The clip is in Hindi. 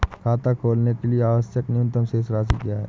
खाता खोलने के लिए आवश्यक न्यूनतम शेष राशि क्या है?